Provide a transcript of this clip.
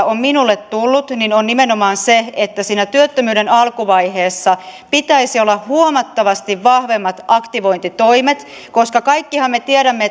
on minulle tullut on nimenomaan se että siinä työttömyyden alkuvaiheessa pitäisi olla huomattavasti vahvemmat aktivointitoimet koska kaikkihan me tiedämme